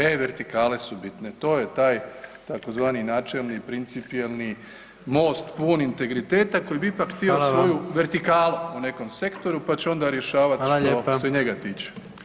E vertikale su bitne, to je taj tzv. načelni i principijelni MOST pun integriteta koji bi ipak htio [[Upadica: Hvala vam]] svoju vertikalu u nekom sektoru, pa će onda rješavat [[Upadica: Hvala lijepa]] što se njega tiče.